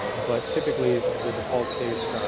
but typically the default case ah.